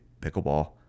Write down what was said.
Pickleball